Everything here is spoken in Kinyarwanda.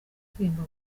indirimbo